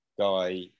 guy